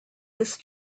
this